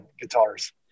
guitars